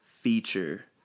feature